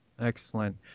Excellent